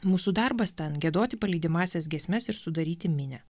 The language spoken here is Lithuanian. mūsų darbas ten giedoti palydimąsias giesmes ir sudaryti minią